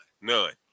None